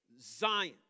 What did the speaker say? Zion